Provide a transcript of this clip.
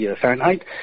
fahrenheit